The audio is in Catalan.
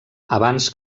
abans